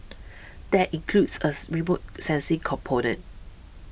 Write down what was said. that includes as remote sensing component